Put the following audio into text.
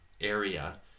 area